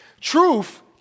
truth